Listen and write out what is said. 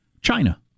China